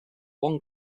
one